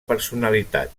personalitat